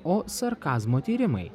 o sarkazmo tyrimai